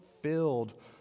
filled